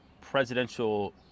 presidential